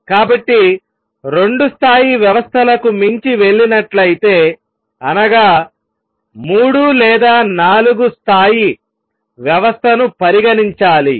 కాబట్టి రెండు స్థాయి వ్యవస్థలకు మించి వెళ్ళినట్లయితే అనగా మూడు లేదా నాలుగు స్థాయి వ్యవస్థను పరిగణించాలి